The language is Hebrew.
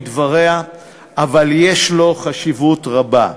אבל יש לו חשיבות רבה,